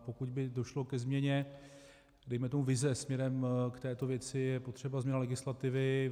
Pokud by došlo ke změně, dejme tomu vize směrem k této věci, je potřeba změna legislativy.